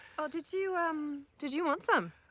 oh did you. um did you want some?